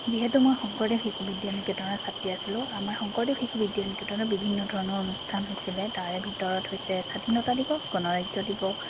যিহেতু মই শংকৰদেৱ শিশু বিদ্যা নিকেতনৰ ছাত্ৰী আছিলোঁ আমাৰ শংকৰদেৱ শিশু বিদ্যা নিকেতনৰ বিভিন্ন ধৰণৰ অনুষ্ঠান হৈছিলে তাৰে ভিতৰত হৈছে স্বাধীনতা দিৱস গণৰাজ্য দিৱস